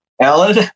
Alan